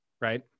right